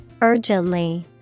Urgently